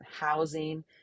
housing